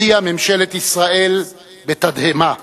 הודיעה ממשלת ישראל בתדהמה.